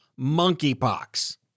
Monkeypox